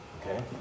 Okay